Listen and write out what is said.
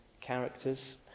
characters